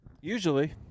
Usually